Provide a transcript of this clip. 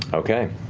okay.